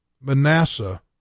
Manasseh